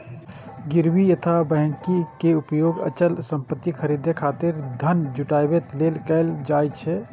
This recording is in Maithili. गिरवी अथवा बन्हकी के उपयोग अचल संपत्ति खरीदै खातिर धन जुटाबै लेल कैल जाइ छै